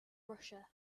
russia